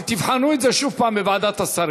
תבחנו את זה שוב פעם בוועדת השרים.